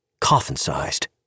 coffin-sized